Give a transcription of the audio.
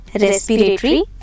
respiratory